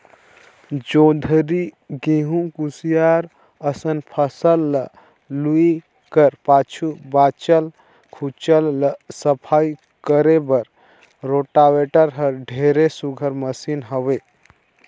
जोंधरी, गहूँ, कुसियार असन फसल ल लूए कर पाछू बाँचल खुचल ल सफई करे बर रोटावेटर हर ढेरे सुग्घर मसीन हवे